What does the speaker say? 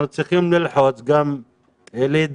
אנחנו צריכים ללחוץ ולהתגייס